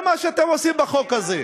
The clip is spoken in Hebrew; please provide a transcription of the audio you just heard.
זה מה שאתם עושים בחוק הזה.